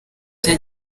bya